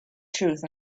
truth